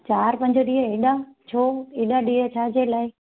चारि पंज ॾींहं एॾा छो एॾा ॾींहं छाजे लाइ